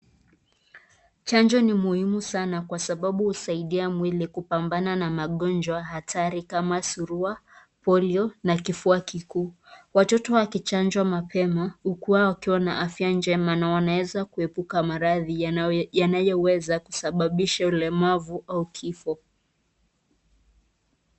Chanjo ni muhimu sana kwa sababu husaidia mwili kubambana na magonjwa hatari kama surua, polio na kifua kikuu watoto wakichanjwa mapema wao wakiwa na afya njema na wanaweza kuepuka maradhi yanayoweza kusababisha ulemavu au kifo